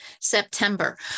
September